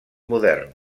modern